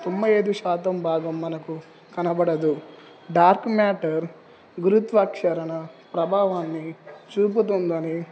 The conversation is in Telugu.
తొంభై ఐదు శాతం భాగం మనకు కనబడదు డార్క్ మ్యాటర్ గురుత్వాకర్షణ ప్రభావాన్ని చూపుతుందని